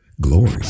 glory